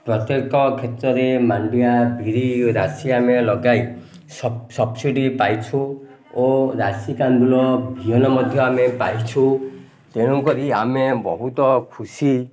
ପ୍ରତ୍ୟେକ କ୍ଷେତ୍ରରେ ମାଣ୍ଡିଆ ବିରି ରାଶି ଆମେ ଲଗାଇ ସବସିଡ଼୍ ପାଇଛୁ ଓ ରାଶି କାନ୍ଦୁଳ ବିିହନ ମଧ୍ୟ ଆମେ ପାଇଛୁ ତେଣୁକରି ଆମେ ବହୁତ ଖୁସି